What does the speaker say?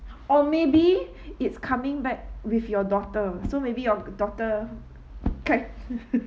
or maybe it's coming back with your daughter so maybe your daughter cha~